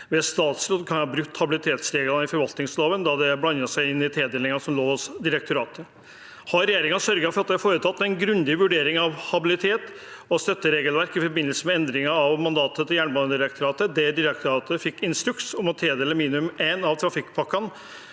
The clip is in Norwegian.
ved statsråden kan ha brutt habilitetsregler i forvaltningsloven da det blandet seg inn i tildelingen som lå hos direktoratet. Har regjeringen sørget for at det er foretatt en grundig vurdering av habilitet og støtteregelverk i forbindelse med endringen av mandatet til Jernbanedirektoratet, der direktoratet fikk instruks om å tildele minimum én av trafikkpakkene